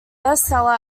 bestseller